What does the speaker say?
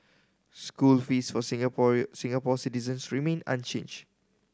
school fees for Singaporean Singapore citizens remain unchanged